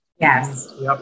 Yes